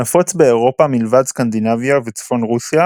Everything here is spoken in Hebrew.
נפוץ באירופה מלבד סקנדינביה וצפון רוסיה,